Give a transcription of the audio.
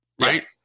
right